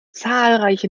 zahlreiche